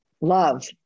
love